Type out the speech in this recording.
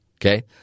Okay